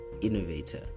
innovator